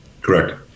Correct